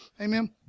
Amen